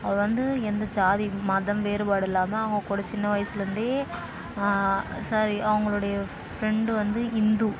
அவர் வந்து எந்த ஜாதி மதம் வேறுபாடு இல்லாமல் அவங்கக்கூட சின்ன வயசிலருந்தே சாரி அவங்களுடைய ஃப்ரெண்ட் வந்து ஹிந்து